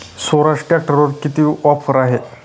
स्वराज ट्रॅक्टरवर किती ऑफर आहे?